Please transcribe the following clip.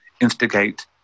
instigate